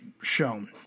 shown